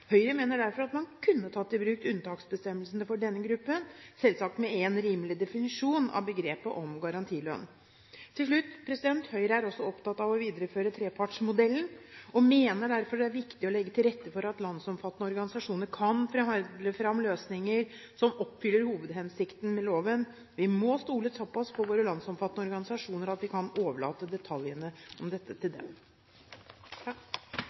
Høyre mener derfor at man kunne tatt i bruk unntaksbestemmelsen for denne gruppen – selvsagt med en rimelig definisjon av begrepet om garantilønn. Til slutt: Høyre er også opptatt av å videreføre trepartsmodellen, og mener derfor at det er viktig å legge til rette for at landsomfattende organisasjoner kan forhandle fram løsninger som oppfyller hovedhensikten med loven. Vi må stole såpass på våre landsomfattende organisasjoner at vi kan overlate detaljene